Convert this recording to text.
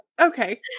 Okay